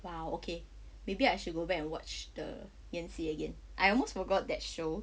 !wow! okay maybe I should go back and watch the 延禧 again I almost forgot that show